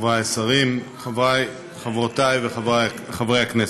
חברי השרים, חברי, חברותי וחברי חברי הכנסת,